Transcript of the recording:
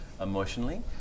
emotionally